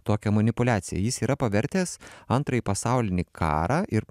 tokią manipuliaciją jis yra pavertęs antrąjį pasaulinį karą ir